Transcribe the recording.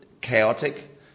chaotic